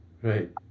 Right